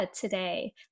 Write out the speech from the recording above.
today